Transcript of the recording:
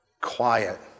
Quiet